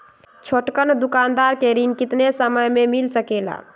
छोटकन दुकानदार के ऋण कितने समय मे मिल सकेला?